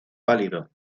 pálido